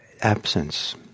absence